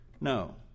No